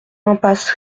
impasse